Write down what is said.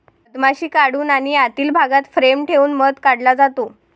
मधमाशी काढून आणि आतील भागात फ्रेम ठेवून मध काढला जातो